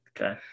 Okay